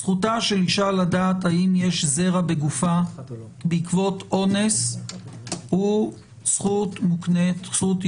זכותה של אישה לדעת אם יש זרע בגופה בעקבות אונס היא זכות יסוד.